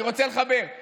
לא, אני רוצה לחבר את זה.